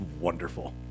wonderful